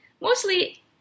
mostly